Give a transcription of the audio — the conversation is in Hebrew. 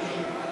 אל תבקשו.